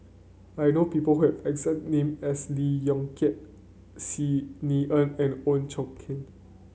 I know people who have exact name as Lee Yong Kiat Xi Ni Er and Ooi Chuen